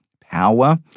power